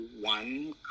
one